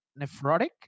nephrotic